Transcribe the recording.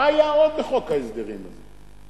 מה היה עוד בחוק ההסדרים הזה?